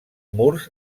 murs